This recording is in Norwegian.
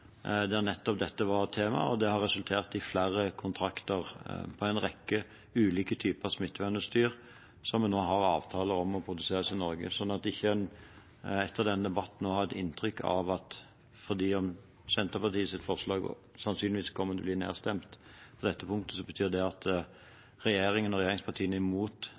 der nettopp dette var tema, og det har resultert i flere kontrakter på en rekke ulike typer smittevernutstyr som vi nå har avtale om at produseres i Norge – sånn at en ikke etter denne debatten har et inntrykk av at når Senterpartiets forslag sannsynligvis kommer til å bli nedstemt på dette punktet, betyr det at regjeringen og regjeringspartiene er imot